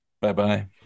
Bye-bye